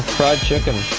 fried chicken